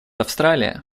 австралия